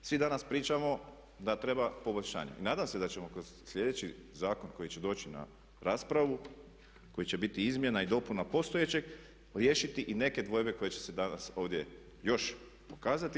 Svi danas pričamo da treba poboljšanje, nadam se da ćemo kroz sljedeći zakon koji će doći na raspravu i koji će biti izmjena i dopuna postojećeg riješiti i neke dvojbe koje će se danas ovdje još pokazati.